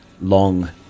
long